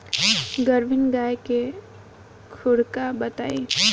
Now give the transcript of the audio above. गाभिन गाय के खुराक बताई?